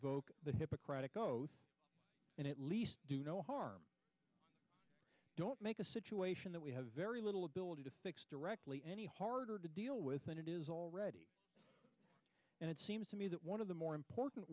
invoke the hippocratic oath and at least do no harm don't make a situation that we have very little ability to fix directly any harder to deal with than it is already and it seems to me that one of the more important